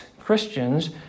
Christians